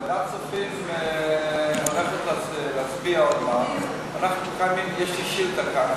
ועדת הכספים הולכת להצביע עוד מעט ויש לי שאילתה כאן.